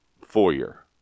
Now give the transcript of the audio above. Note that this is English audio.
foyer